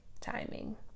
timing